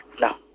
no